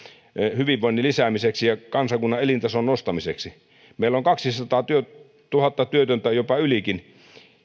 hyvinvoinnin lisäämiseksi ja kansakunnan elintason nostamiseksi kun meillä on kaksisataatuhatta työtöntä jopa ylikin